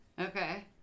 Okay